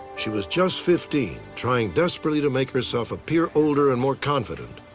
she was just fifteen, trying desperately to make herself appear older and more confident,